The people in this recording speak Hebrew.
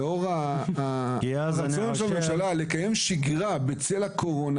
דווקא לאור הרצון של הממשלה לקיים שגרה בצל הקורונה,